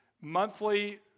monthly